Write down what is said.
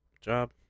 job